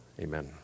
amen